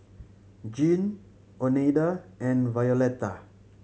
Gene Oneida and Violetta